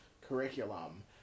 curriculum